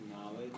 knowledge